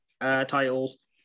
titles